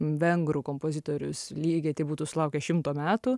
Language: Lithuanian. vengrų kompozitorius lygiai taip būtų sulaukęs šimto metų